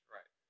Right